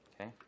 Okay